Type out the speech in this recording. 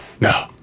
No